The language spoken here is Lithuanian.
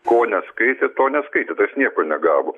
ko neskaitė to neskaitė nieko negavo